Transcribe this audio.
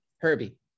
Herbie